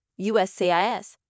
USCIS